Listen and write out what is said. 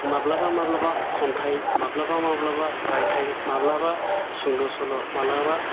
माब्लाबा माब्लाबा खन्थाइ माब्लाबा माब्लाबा रायथाय माब्लाबा सुंद' सल' माल्बाबा